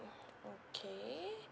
okay